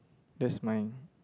that's mine